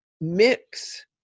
mix